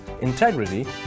integrity